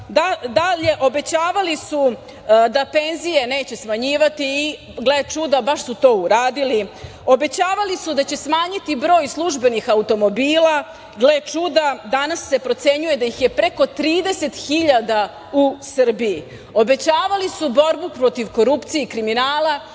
ministra. Obećavali su da penzije neće smanjivati i, gle čuda, baš su to uradili. Obećavali su da će smanjiti broj službenih automobila. Gle čuda, danas se procenjuje da ih je preko 30 hiljada u Srbiji. Obećavali su borbu protiv korupcije i kriminala.